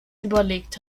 überlegt